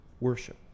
worship